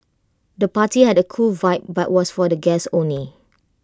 the party had A cool vibe but was for guests only